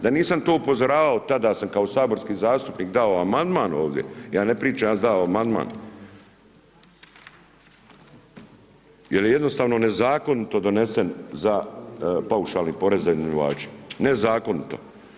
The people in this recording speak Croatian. Da nisam to upozoravao, tada sam kao saborski zastupnik dao amandman ovdje, ja ne pričam za amandman jer je jednostavno nezakonito donesen za paušalni porez za iznajmljivače, nezakonito.